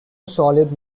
solid